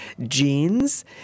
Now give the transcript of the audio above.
jeans